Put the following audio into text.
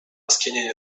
skinienie